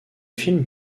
film